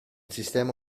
sistema